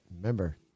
Remember